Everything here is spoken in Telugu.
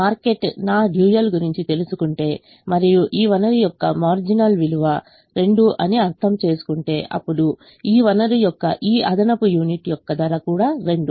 మార్కెట్ నా డ్యూయల్ గురించి తెలుసుకుంటే మరియు ఈ వనరు యొక్క మారిజినల్ విలువ 2 అని అర్థం చేసుకుంటేఅప్పుడు ఈ వనరు యొక్క ఈ అదనపు యూనిట్ యొక్క ధర కూడా 2